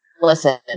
Listen